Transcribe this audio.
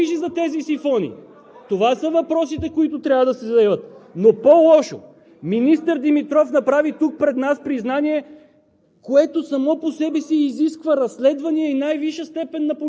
За това кой е виновен? Кой е навъртял тези чешми? (Реплики от ОП.) Кой се грижи за тези сифони? Това са въпросите, които трябва да се зададат. Но по-лошо! Министър Димитров направи тук, пред нас, признание,